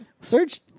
Search